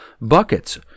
buckets